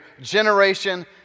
generation